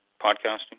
podcasting